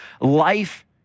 life